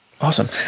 Awesome